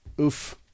oof